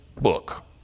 book